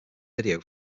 video